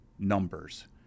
numbers